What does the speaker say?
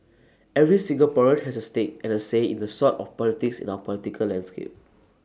every Singaporean has A stake and A say in the sort of politics in our political landscape